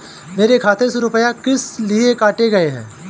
मेरे खाते से रुपय किस लिए काटे गए हैं?